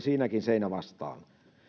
siinäkin seinä vastaan